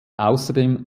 außerdem